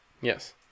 yes